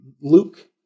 Luke